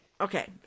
Okay